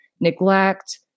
neglect